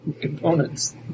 Components